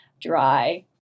dry